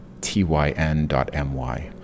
tyn.my